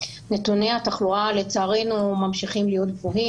נתוני התחלואה לצערנו ממשיכים להיות גבוהות,